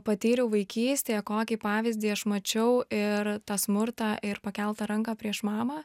patyriau vaikystėje kokį pavyzdį aš mačiau ir tą smurtą ir pakeltą ranką prieš mamą